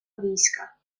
війська